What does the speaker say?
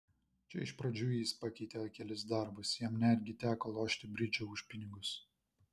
čia iš pradžių jis pakeitė kelis darbus jam netgi teko lošti bridžą už pinigus